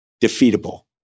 defeatable